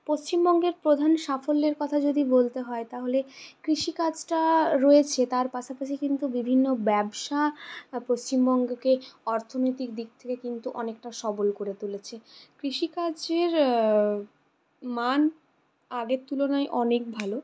পশ্চিমবঙ্গের প্রধান সাফল্যের কথা যদি বলতে হয় তাহলে কৃষিকাজটা রয়েছে তার পাশাপাশি কিন্তু বিভিন্ন ব্যবসা পশ্চিমবঙ্গকে অর্থনীতিক দিক থেকে কিন্তু অনেকটা সবল করে তুলেছে কৃষিকাজের মান আগের তুলোনায় অনেক ভালো